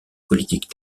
politique